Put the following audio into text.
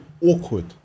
awkward